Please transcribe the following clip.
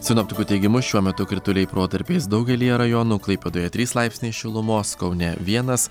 sinoptikų teigimu šiuo metu krituliai protarpiais daugelyje rajonų klaipėdoje trys laipsniai šilumos kaune vienas